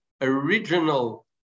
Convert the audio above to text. original